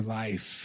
life